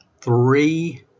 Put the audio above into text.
three